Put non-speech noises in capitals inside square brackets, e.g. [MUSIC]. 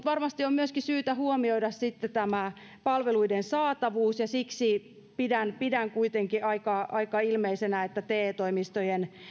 [UNINTELLIGIBLE] varmasti on myöskin syytä huomioida palveluiden saatavuus ja siksi pidän pidän kuitenkin aika ilmeisenä että te toimistojen